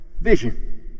vision